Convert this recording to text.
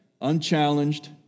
unchallenged